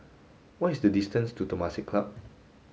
what is the distance to Temasek Club